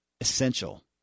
essential